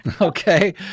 Okay